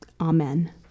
Amen